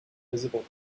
invisible